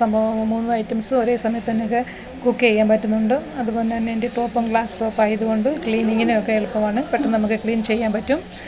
സംഭവം മൂന്ന് ഐറ്റംസ് ഒരേ സമയം തന്നക്കെ കുക്ക് ചെയ്യാൻ പറ്റുന്നുണ്ട് അതുകൊണ്ട് തന്നെ എൻ്റെ ടോപ്പും ഗ്ലാസ് ടോപ്പായത് കൊണ്ട് ക്ലീനിങ്ങിനും ഒക്കെ എളുപ്പമാണ് പെട്ടന്ന് നമുക്ക് ക്ലീൻ ചെയ്യാൻ പറ്റും